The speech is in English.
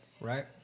right